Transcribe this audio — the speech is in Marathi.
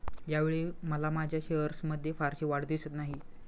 यावेळी मला माझ्या शेअर्समध्ये फारशी वाढ दिसत नाही